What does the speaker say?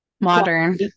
Modern